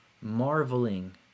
marveling